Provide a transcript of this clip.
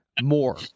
more